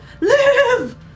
Live